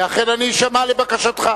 ואכן אני אשמע לבקשתך.